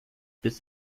bis